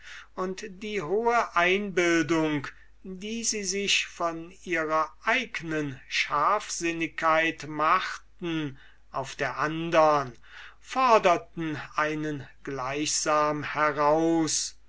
und die hohe einbildung die sie sich von ihrer eignen scharfsinnigkeit machten auf der andern foderten einen gleichsam heraus